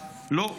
לא,